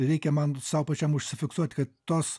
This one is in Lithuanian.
reikia man sau pačiam užsifiksuot kad tos